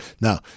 Now